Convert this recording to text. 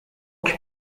حکم